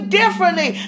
differently